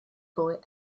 boy